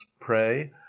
pray